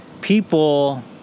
people